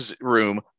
room